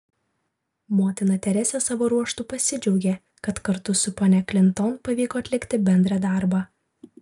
motina teresė savo ruožtu pasidžiaugė kad kartu su ponia klinton pavyko atlikti bendrą darbą